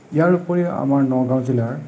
ইয়াৰ উপৰি আমাৰ নগাওঁ জিলাৰ